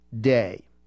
day